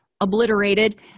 obliterated